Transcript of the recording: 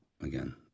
again